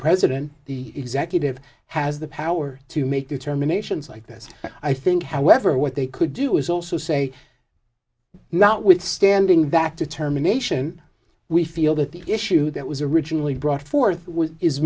president the executive has the power to make determinations like this i think however what they could do is also say not withstanding that determination we feel that the issue that was originally brought forth w